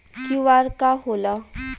QR का होला?